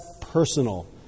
personal